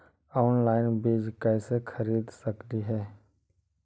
Online बीज कईसे खरीद सकली हे?